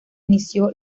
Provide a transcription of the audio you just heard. inició